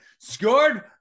Scored